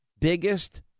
biggest